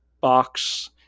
box